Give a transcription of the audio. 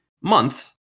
month